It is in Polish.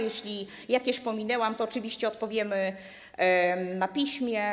Jeśli jakieś pominęłam, to oczywiście odpowiemy na piśmie.